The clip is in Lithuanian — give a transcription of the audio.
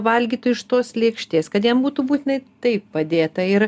valgytų iš tos lėkštės kad jam būtų būtinai taip padėta ir